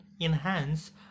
enhance